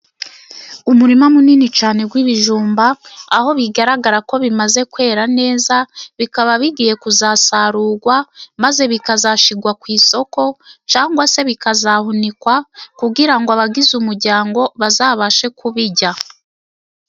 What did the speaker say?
Umurima munini cyane w'ibijumba, aho bigaragara ko bimaze kwera neza. Bikaba bigiye kuzasarurwa maze bikazashirwa ku isoko, cyangwa se bikazahunikwa kugira ngo abagize umuryango bazabashe kubirya.